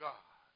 God